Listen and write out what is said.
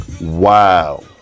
Wow